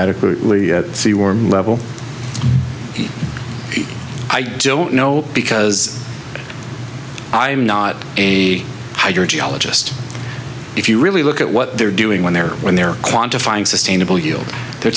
adequately see worm level i don't know because i'm not a hydrogen ologist if you really look at what they're doing when they're when they're quantifying sustainable yield they're